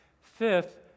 Fifth